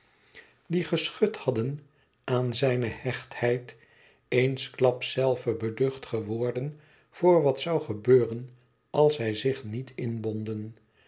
die geschud hadden aan zijne gehechtheid eensklaps zelve beducht geworden voor wat zoû gebeuren als zij zich niet inbonden